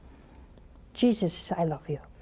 jesus, i love you.